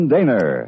Daner